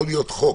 יכול להיות חוק,